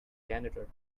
janitor